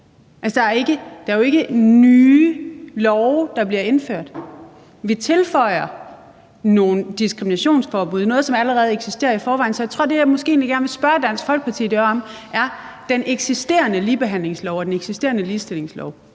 Det er jo ikke nye love, der bliver indført. Vi tilføjer nogle diskriminationsforbud i noget, som allerede eksisterer i forvejen. Så jeg tror, at det, jeg måske egentlig gerne vil spørge Dansk Folkeparti om, er, om vi med den eksisterende ligebehandlingslov og den